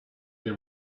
they